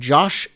Josh